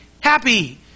happy